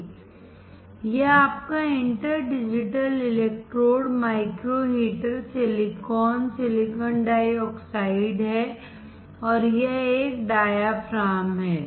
slide का संदर्भ लें यह आपका inter digital electrode micro heater silicon silicon dioxide है और यह एक डायाफ्राम है